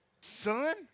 Son